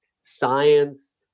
science